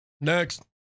Next